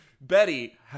Betty